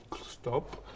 stop